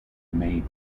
may